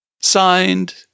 Signed